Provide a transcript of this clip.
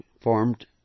formed